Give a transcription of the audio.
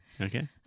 Okay